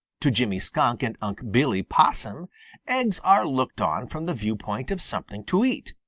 to jimmy skunk and unc' billy possum eggs are looked on from the viewpoint of something to eat.